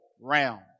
round